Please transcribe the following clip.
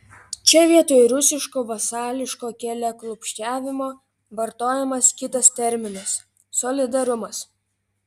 čia vietoj rusiško vasališko keliaklupsčiavimo vartojamas kitas terminas solidarumas